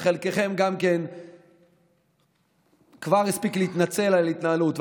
וחלקכם גם כבר הספיקו להתנצל על התנהלות.